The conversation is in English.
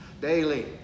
Daily